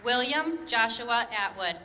william joshua that would